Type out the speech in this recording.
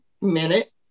minute